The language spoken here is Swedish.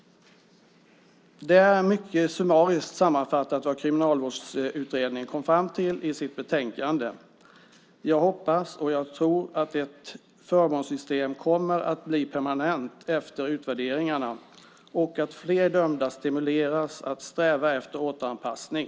Detta är mycket summariskt sammanfattat vad Kriminalvårdsutredningen kom fram till i sitt betänkande. Jag hoppas och tror att ett förmånssystem kommer att bli permanent efter utvärderingarna och att fler dömda stimuleras att sträva efter återanpassning.